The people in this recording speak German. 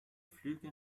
flüge